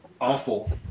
awful